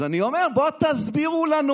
אז אני אומר, בואו תסבירו לנו